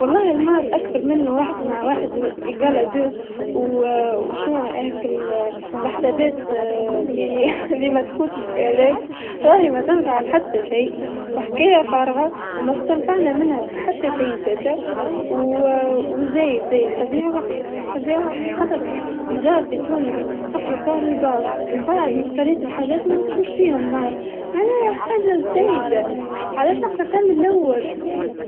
و الله الرياضيات أكثر منو واحد على واحد يساوي ثنين، و شنوا هاك الحسابات ليا لتمتفوتش الآلاف راها متنفع حتى شيء و حكايا فارغه و مستنفعنا منها بحتى شي زادا، و زايد زايد طبيعي وقت، طبيعي وقت خاطر ديجا في تونس نقرو فيها الباك و منبعد مكفريت حاجات منقروش فيهم رياضيات معناه حاجه زايدا علاش نقرا فيها ماللول.